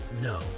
No